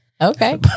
okay